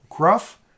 Gruff